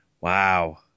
wow